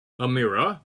amira